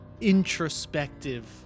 introspective